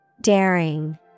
Daring